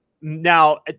Now